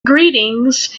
greetings